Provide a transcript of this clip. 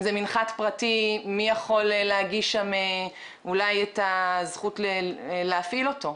אם זה מנחת פרטי מי יכול להגיש שם את הזכות להפעיל אותו?